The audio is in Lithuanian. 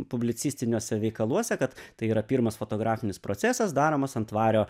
publicistiniuose veikaluose kad tai yra pirmas fotografinis procesas daromas ant vario